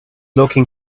looking